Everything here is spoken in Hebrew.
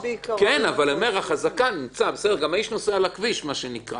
אבל האיש גם נוסע על הכביש, מה שנקרא.